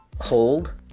hold